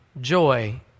joy